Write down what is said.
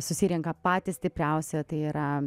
susirenka patys stipriausi tai yra